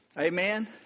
Amen